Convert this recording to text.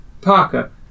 Parker